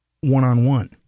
one-on-one